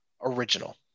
original